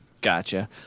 Gotcha